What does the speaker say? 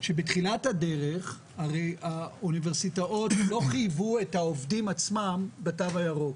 שבתחילת הדרך הרי האוניברסיטאות לא חייבו את העובדים עצמם בתו הירוק.